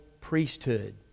priesthood